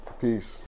Peace